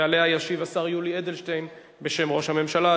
ועליה ישיב השר יולי אדלשטיין בשם ראש הממשלה.